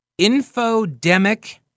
infodemic